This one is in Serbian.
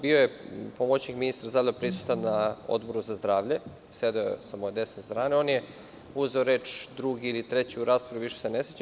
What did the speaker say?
Bio je pomoćnik ministra prisutan na Odboru za zdravlje, sedeo je sa moje desne strane i on je uzeo reč drugi ili treći u raspravi, više se ne sećam.